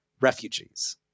refugees